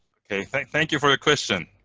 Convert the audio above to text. thank thank you for your question.